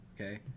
okay